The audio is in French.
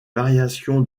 variations